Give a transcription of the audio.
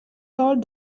told